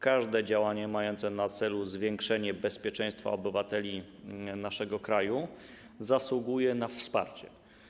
Każde działanie mające na celu zwiększenie bezpieczeństwa obywateli naszego kraju zasługuje na wsparcie.